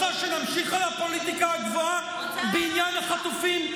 רוצה שנמשיך עם הפוליטיקה הגבוהה בעניין החטופים?